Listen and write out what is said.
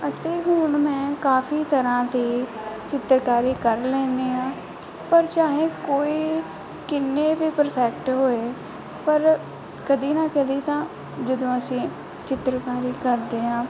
ਅਤੇ ਹੁਣ ਮੈਂ ਕਾਫੀ ਤਰ੍ਹਾਂ ਦੀ ਚਿੱਤਰਕਾਰੀ ਕਰ ਲੈਂਦੀ ਹਾਂ ਪਰ ਚਾਹੇ ਕੋਈ ਕਿੰਨੇ ਵੀ ਪਰਫੈਕਟ ਹੋਏ ਪਰ ਕਦੇ ਨਾ ਕਦੇ ਤਾਂ ਜਦੋਂ ਅਸੀਂ ਚਿੱਤਰਕਾਰੀ ਕਰਦੇ ਹਾਂ